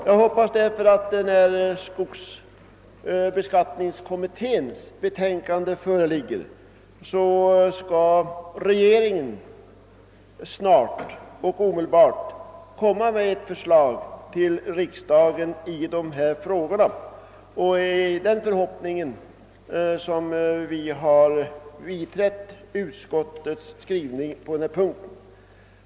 Jag hoppas att regeringen, när skogsskattekommitténs betänkande föreligger, omedelbart skall framlägga ett förslag till riksdagen. Det är i den förhoppningen som vi har biträtt utskottets skrivning på denna punkt.